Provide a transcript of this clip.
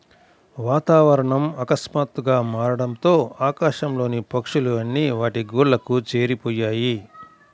వాతావరణం ఆకస్మాతుగ్గా మారడంతో ఆకాశం లోని పక్షులు అన్ని వాటి గూళ్లకు చేరిపొయ్యాయి